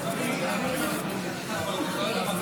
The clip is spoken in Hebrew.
חברי הכנסת, אנא.